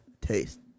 taste